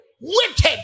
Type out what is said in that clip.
wicked